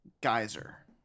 geyser